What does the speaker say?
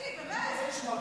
מישרקי, באמת.